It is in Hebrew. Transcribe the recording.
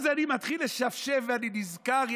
אז אני מתחיל לשפשף ואני נזכר.